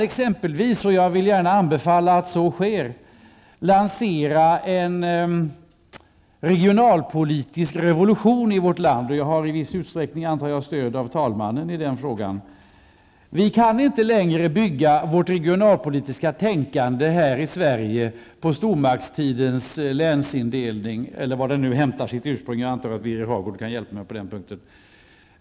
Exempelvis kan vi -- och jag vill gärna anbefalla att så sker -- lansera en regionalpolitisk revolution i vårt land, och jag antar att jag i denna fråga i viss utsträckning har stöd av talmannen. Vi kan inte längre bygga vårt regionalpolitiska tänkande här i Sverige på stormaktstidens länsindelning, eller var ursprunget nu finns. Jag antar att Birger Hagård kan hjälpa mig på den punkten.